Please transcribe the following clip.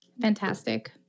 Fantastic